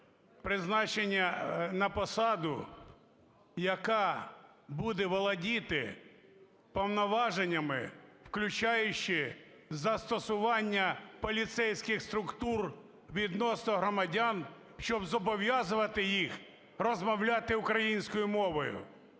призначення на посаду, яка буде володіти повноваженнями, включаючи застосування поліцейських структур відносно громадян, щоб зобов'язувати їх розмовляти українською мовою.